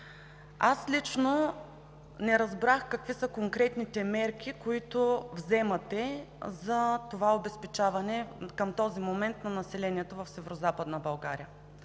Аз лично не разбрах какви са конкретните мерки, които вземате за това обезпечаване към този момент на населението в Северозападна България.